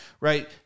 right